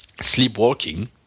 sleepwalking